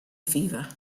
fever